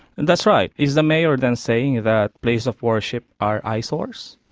and that's right. is the mayor then saying that places of worship are eyesores?